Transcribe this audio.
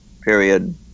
period